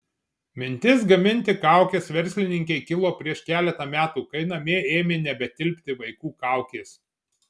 mintis gaminti kaukes verslininkei kilo prieš keletą metų kai namie ėmė nebetilpti vaikų kaukės